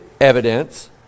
evidence